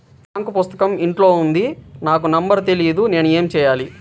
Bank పుస్తకం ఇంట్లో ఉంది నాకు నంబర్ తెలియదు నేను ఏమి చెయ్యాలి?